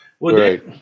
Right